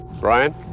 Brian